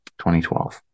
2012